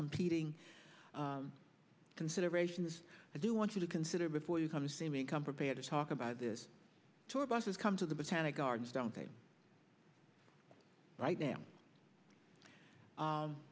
competing considerations i do want you to consider before you come to see me come prepared to talk about this tour buses come to the botanic gardens don't thing right now